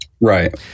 Right